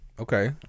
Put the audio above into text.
Okay